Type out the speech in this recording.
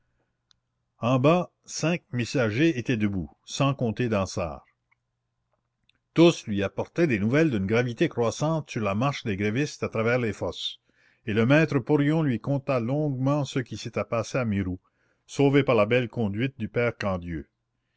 en bas cinq messagers étaient debout sans compter dansaert tous lui apportaient des nouvelles d'une gravité croissante sur la marche des grévistes à travers les fosses et le maître porion lui conta longuement ce qui s'était passé à mirou sauvé par la belle conduite du père quandieu